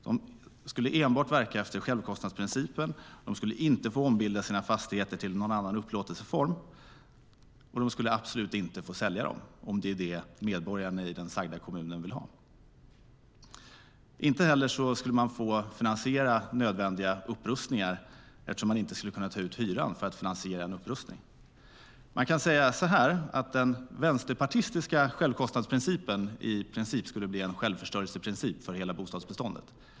Man ska enbart verka efter självkostnadsprincipen, inte få ombilda sina fastigheter till någon annan upplåtelseform och absolut inte få sälja dem, om det är det som medborgarna i den sagda kommunen vill ha. Inte heller skulle man få finansiera nödvändiga upprustningar, eftersom man inte skulle kunna ta ut hyran för att finansiera en upprustning. Man kan säga så här: Den vänsterpartistiska självkostnadsprincipen skulle i princip bli en självförstörelseprincip för hela bostadsbeståndet.